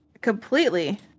completely